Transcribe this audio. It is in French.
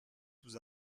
tous